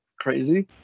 crazy